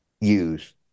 use